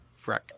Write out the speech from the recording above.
Freck